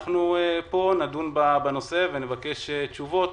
אנחנו פה נדון בנושא ונבקש תשובות.